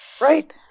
right